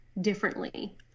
Differently